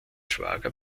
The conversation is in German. schwager